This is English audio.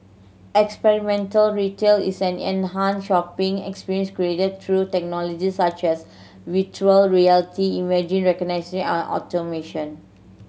experiential retail is an enhanced shopping experience created through technologies such as virtual reality imaging and automation